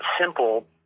simple